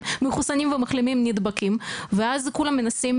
מחוסנים ומחלימים נדבקים ואז כולם מנסים